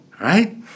right